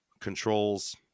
Controls